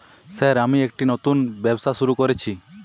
Sir আমি একটি নতুন ব্যবসা শুরু করেছি?